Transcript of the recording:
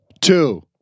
Two